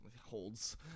holds